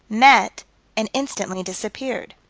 met and instantly disappeared.